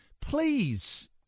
please